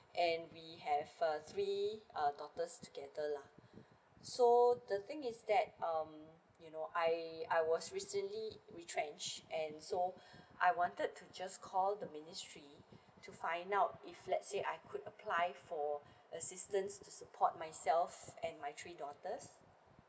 and we have uh three uh daughters together lah so the thing is that um you know I I was recently retrench and so I wanted to just call the ministry to find out if let's say I could apply for assistance to support myself and my three daughters